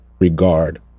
Regard